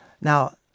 Now